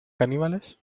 caníbales